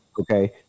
Okay